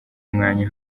umwanya